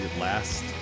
last